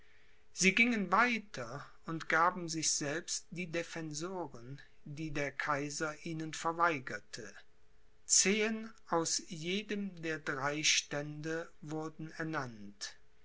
sie gingen weiter und gaben sich selbst die defensoren die der kaiser ihnen verweigerte zehen aus jedem der drei stände wurden ernannt